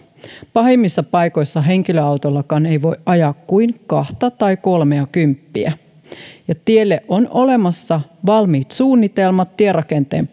pahimmissa paikoissa henkilöautollakaan ei voi ajaa kuin kahta tai kolmeakymppiä tielle on olemassa valmiit suunnitelmat tierakenteen